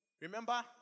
Remember